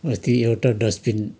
अस्ति एउटा डस्टबिन